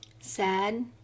Sad